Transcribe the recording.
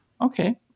Okay